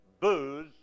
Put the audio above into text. booze